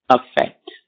effect